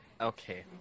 Okay